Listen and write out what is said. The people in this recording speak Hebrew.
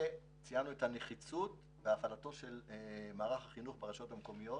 ציינו את הנחיצות בהפעלתו של מערך החינוך ברשויות המקומיות